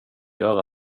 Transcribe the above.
göra